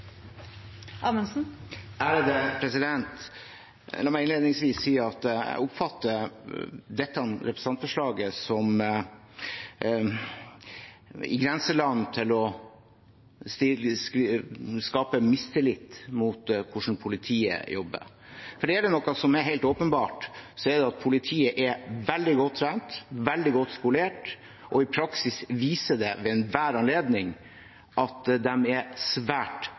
i grenseland til å skape mistillit til hvordan politiet jobber. For er det noe som er helt åpenbart, er det at politiet er veldig godt trent, veldig godt skolert, og i praksis viser de ved enhver anledning at de er svært